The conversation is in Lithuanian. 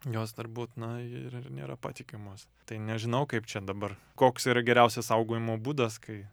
jos turbūt na ir nėra patikimos tai nežinau kaip čia dabar koks yra geriausias saugojimo būdas kai